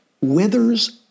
withers